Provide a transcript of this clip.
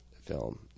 film